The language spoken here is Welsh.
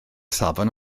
safon